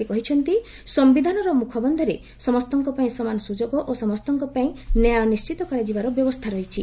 ସେ କହିଛନ୍ତି ସମ୍ଭିଧାନର ମୁଖବନ୍ଧରେ ସମସ୍ତଙ୍କ ପାଇଁ ସମାନ ସୁଯୋଗ ଓ ସମସ୍ତଙ୍କ ପାଇଁ ନ୍ୟାୟ ନିଶ୍ଚିତ କରାଯିବାର ବ୍ୟବସ୍ଥା ରହିଛି